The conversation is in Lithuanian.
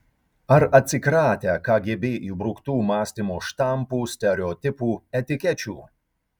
ar atsikratę kgb įbruktų mąstymo štampų stereotipų etikečių